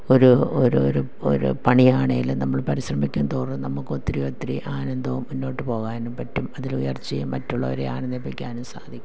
ഒരു ഓരോരോ ഒരു പണിയാണെങ്കിലും നമ്മൾ പരിശ്രമിക്കും തോറും നമുക്കൊത്തിരി ഒത്തിരി ആനന്ദവും മുന്നോട്ടു പോകാനും പറ്റും അതിലുയർച്ചയും മറ്റുള്ളവരെ ആനന്ദിപ്പിക്കാനും സാധിക്കും